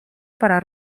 para